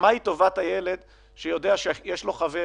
טובת הילד שיודע שיש לו חבר